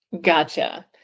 Gotcha